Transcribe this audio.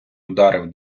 ударив